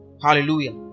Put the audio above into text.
Hallelujah